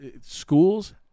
schools